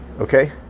okay